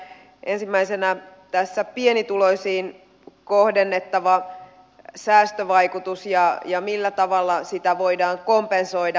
ensimmäisenä tässä oli pienituloisiin kohdennettava säästövaikutus ja se millä tavalla sitä voidaan kompensoida